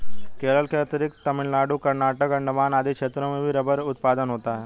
केरल के अतिरिक्त तमिलनाडु, कर्नाटक, अण्डमान आदि क्षेत्रों में भी रबर उत्पादन होता है